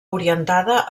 orientada